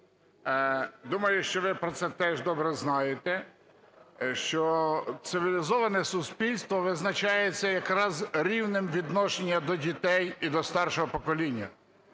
думаю, що ви про це теж добре знаєте, що цивілізоване суспільство визначається якраз рівнем відношення до дітей і до старшого покоління.